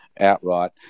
outright